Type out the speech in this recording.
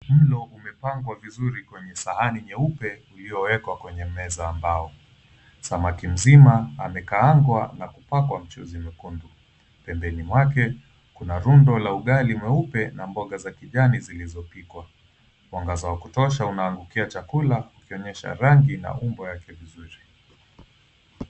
Mlo umepangwa vizuri kwenye sahani nyeupe uliowekwa kwenye meza ya mbao. Samaki mzima amekaangwa na kupakwa mchuzi mwekundu. Pembeni mwake kuna rundo la ugali mweupe na mboga za kijani zilizopikwa. Mwangaza wa kutosha unaangukia chakula kukionyesha rangi na umbo yake vizuri.